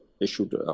issued